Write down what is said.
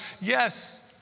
yes